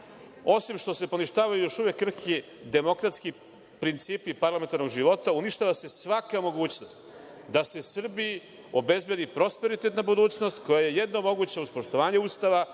osim što se poništavaju još uvek krhki demokratski principi parlamentarnog života, uništava se svaka mogućnost da se Srbiji obezbedi prosperitetna budućnost koja je jedino moguća kroz poštovanje Ustava,